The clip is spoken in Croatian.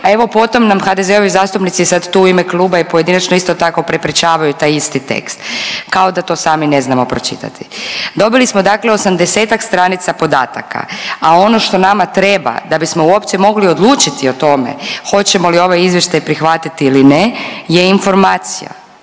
a evo, potom nam HDZ-ovi zastupnici sad tu u ime kluba i pojedinačno isto tako prepričavaju taj isti tekst, kao da to sami ne znamo pročitati. Dobili smo, dakle, 80-ak stranica podataka, a ono što nama treba da bismo uopće mogli odlučiti o tome hoćemo li ovaj Izvještaj prihvatiti ili ne je informacija.